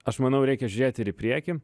aš manau reikia žiūrėt ir į priekį